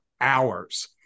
hours